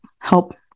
help